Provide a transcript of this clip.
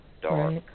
dark